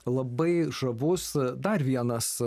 labai žavus dar vienas